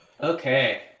Okay